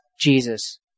Jesus